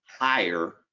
higher